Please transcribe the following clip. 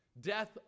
Death